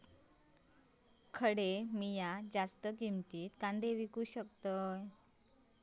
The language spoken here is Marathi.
खडे मी जास्त किमतीत कांदे विकू शकतय?